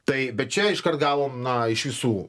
tai bet čia iškart gavom na iš visų